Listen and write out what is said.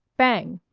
bang!